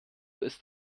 ist